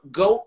go